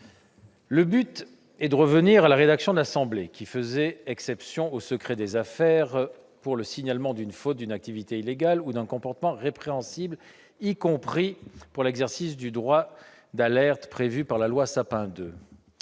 objet de revenir à la rédaction de l'Assemblée nationale, qui faisait exception au secret des affaires dans le cas du signalement d'une faute, d'une activité illégale ou d'un comportement répréhensible, y compris pour l'exercice du droit d'alerte prévu par la loi Sapin II.